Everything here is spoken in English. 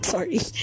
Sorry